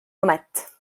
jumet